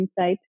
insight